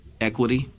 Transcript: Equity